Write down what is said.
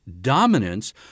dominance